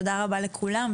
תודה רבה לכולם.